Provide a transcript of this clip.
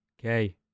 Okay